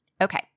Okay